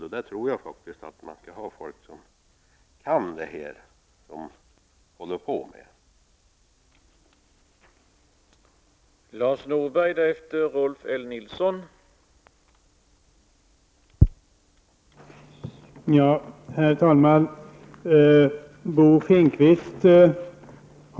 Till det tror jag faktiskt att man skall anlita folk som kan det som de håller på med.